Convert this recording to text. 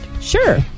Sure